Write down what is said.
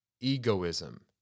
egoism